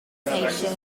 station